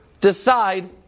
decide